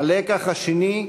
הלקח השני,